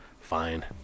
Fine